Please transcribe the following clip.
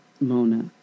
Mona